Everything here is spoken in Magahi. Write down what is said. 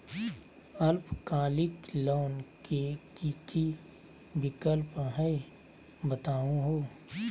अल्पकालिक लोन के कि कि विक्लप हई बताहु हो?